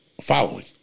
following